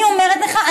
אני אומרת לך,